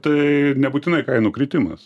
tai nebūtinai kainų kritimas